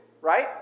right